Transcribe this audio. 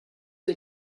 you